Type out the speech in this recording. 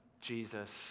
Jesus